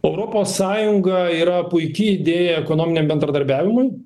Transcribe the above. europos sąjunga yra puiki idėja ekonominiam bendradarbiavimui